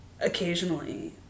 occasionally